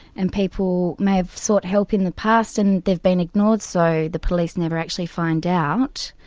and people may have sought help in the past and they've been ignored, so the police never actually find out.